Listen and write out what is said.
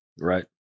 Right